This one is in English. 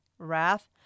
wrath